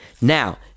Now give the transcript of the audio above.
now